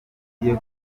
ugiye